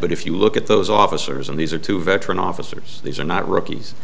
but if you look at those officers and these are two veteran officers these are not rocky's